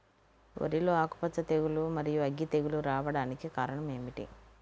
వరిలో ఆకుమచ్చ తెగులు, మరియు అగ్గి తెగులు రావడానికి కారణం ఏమిటి?